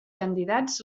candidats